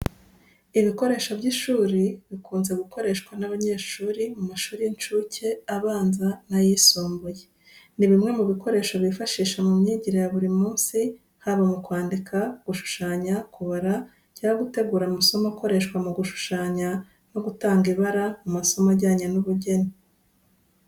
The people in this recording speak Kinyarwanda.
Ibikoresho by’ishuri bikunze gukoreshwa n’abanyeshuri mu mashuri y’inshuke, abanza n'ayisumbuye. Ni bimwe mu bikoresho bifasha mu myigire ya buri munsi, haba mu kwandika, gushushanya, kubara, cyangwa gutegura amasomo akoreshwa mu gushushanya no gutanga ibara mu masomo ajyanye n’ubugeni.